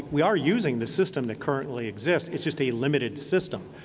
we are using the system that currently exists. it's just a limited system.